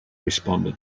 responded